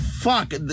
Fuck